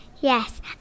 Yes